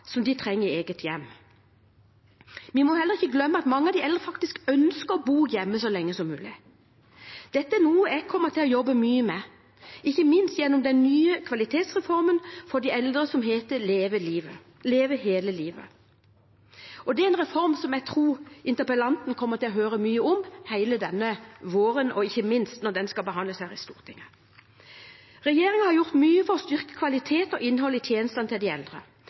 som de trenger i eget hjem. Vi må heller ikke glemme at mange av de eldre faktisk ønsker å bo hjemme så lenge som mulig. Dette er noe jeg kommer til å jobbe mye med, ikke minst gjennom den nye kvalitetsreformen for de eldre, som heter Leve hele livet. Det er en reform som jeg tror interpellanten kommer til å høre mye om hele denne våren, og ikke minst når den skal behandles her i Stortinget. Regjeringen har gjort mye for å styrke kvalitet og innhold i tjenestene til de eldre.